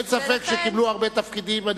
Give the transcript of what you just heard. אין ספק שקיבלו הרבה תפקידים.